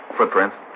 Footprints